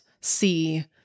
see